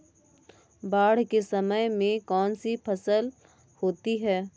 बाढ़ के समय में कौन सी फसल होती है?